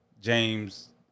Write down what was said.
James